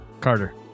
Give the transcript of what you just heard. Carter